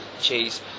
cheese